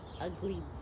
ugly